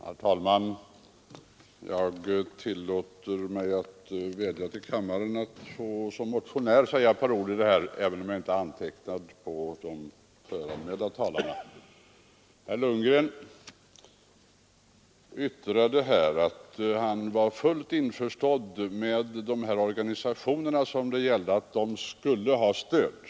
Herr talman! Jag tillåter mig vädja till kammaren att få som motionär säga ett par ord i det här ärendet, även om jag inte är antecknad bland de förhandsanmälda talarna. Herr Lundgren yttrade, om jag fattade honom rätt, att han var fullt införstådd med att de organisationer som det här gäller skall ha stöd.